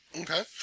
Okay